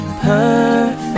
perfect